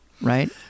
right